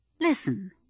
Listen